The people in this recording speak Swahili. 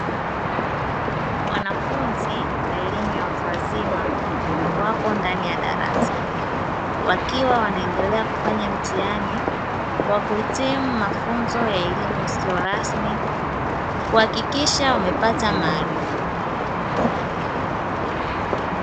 Wanafunzi wa elimu ya watu wazima wako ndani ya darasa wakiwa wanaendelea kufanya mtiani wa kuhitimu mafunzo ya elimu isiyo rasmi kuhakikisha wamepata maarifa.